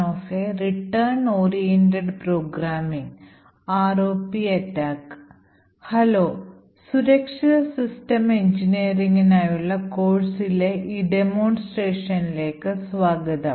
hello സുരക്ഷിത system എഞ്ചിനീയറിംഗിനായുള്ള കോഴ്സിലെ ഈ ഡെമോൺസ്ട്രേഷനിലേക്ക് സ്വാഗതം